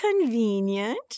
Convenient